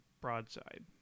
broadside